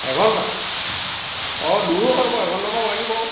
এঘন্টা অঁ দূৰো হয় বাৰু এঘন্টামান লাগিব